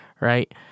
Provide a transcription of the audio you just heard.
Right